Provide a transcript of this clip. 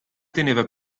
teneva